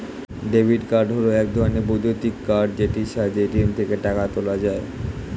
debit card হল এক ধরণের বৈদ্যুতিক কার্ড যেটির সাহায্যে এ.টি.এম থেকে টাকা তোলা যায়